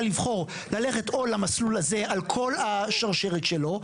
לבחור ללכת או למסלול הזה עם כל השרשרת שלו,